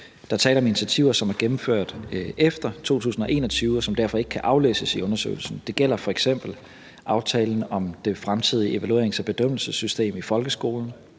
er tale om initiativer, som er gennemført efter 2021, og som derfor ikke kan aflæses i undersøgelsen. Det gælder f.eks. aftalen om det fremtidige evaluerings- og bedømmelsessystem i folkeskolen,